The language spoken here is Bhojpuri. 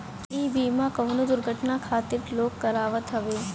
इ बीमा कवनो दुर्घटना खातिर लोग करावत हवे